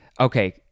Okay